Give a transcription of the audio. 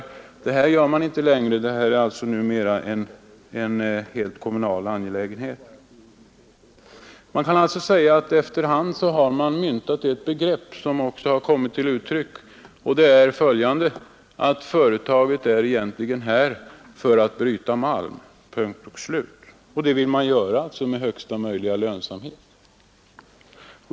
Så förhåller det sig emellertid inte längre, utan allt detta är numera kommunala angelägenheter. Efter hand har det begreppet myntats att företaget ”egentligen är här för att bryta malm” — punkt och slut. Och det vill man göra med största möjliga lönsamhet.